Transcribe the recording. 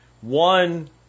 one